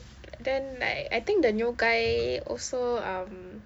then like I think the new guy also um